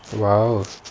!wow!